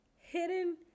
hidden